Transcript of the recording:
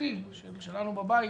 הפרטי שלנו בבית.